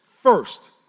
First